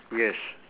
yes